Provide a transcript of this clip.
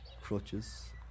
crutches